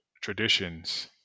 traditions